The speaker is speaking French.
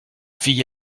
fille